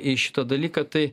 į šitą dalyką tai